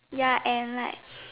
ya and like